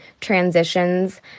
transitions